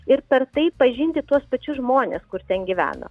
ir per tai pažinti tuos pačius žmones kur ten gyvena